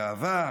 הגאווה,